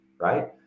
right